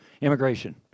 Immigration